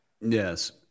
Yes